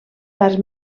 parts